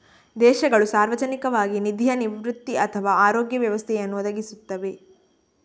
ದೇಶಗಳು ಸಾರ್ವಜನಿಕವಾಗಿ ನಿಧಿಯ ನಿವೃತ್ತಿ ಅಥವಾ ಆರೋಗ್ಯ ವ್ಯವಸ್ಥೆಯನ್ನು ಒದಗಿಸುತ್ತವೆ